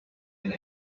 and